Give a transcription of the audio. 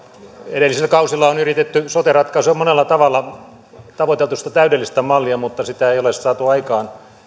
edellisillä kausilla on yritetty sote ratkaisua monella tavalla tavoiteltu sitä täydellistä mallia mutta sitä ei ole saatu aikaan